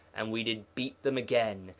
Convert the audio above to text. and we did beat them again,